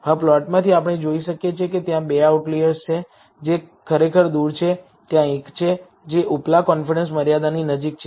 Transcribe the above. હવે પ્લોટમાંથી આપણે જોઈ શકીએ છીએ કે ત્યાં બે આઉટલિઅર્સ છે જે ખરેખર દૂર છે ત્યાં એક છે જે ઉપલા કોન્ફિડન્સ મર્યાદાની નજીક છે